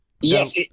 Yes